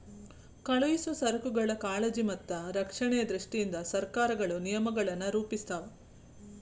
ಕಳುಹಿಸೊ ಸರಕುಗಳ ಕಾಳಜಿ ಮತ್ತ ರಕ್ಷಣೆಯ ದೃಷ್ಟಿಯಿಂದ ಸರಕಾರಗಳು ನಿಯಮಗಳನ್ನ ರೂಪಿಸ್ತಾವ